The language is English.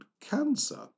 cancer